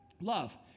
Love